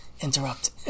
interrupt